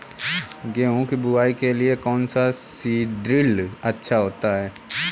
गेहूँ की बुवाई के लिए कौन सा सीद्रिल अच्छा होता है?